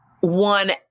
one